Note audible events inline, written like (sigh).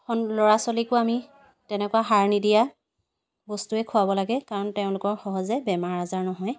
(unintelligible) ল'ৰা ছোৱালীকো আমি তেনেকুৱা সাৰ নিদিয়া বস্তুৱে খোৱাব লাগে কাৰণ তেওঁলোকৰ সহজে বেমাৰ আজাৰ নহয়